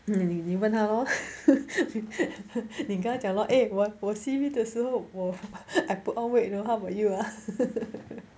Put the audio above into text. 你问他 lor 你应该讲 eh 我 C_B 的时候我 I put on weight you know how about you ah